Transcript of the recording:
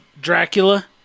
Dracula